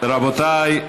רבותיי,